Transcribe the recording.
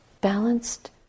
Balanced